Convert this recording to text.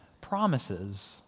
promises